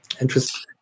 interesting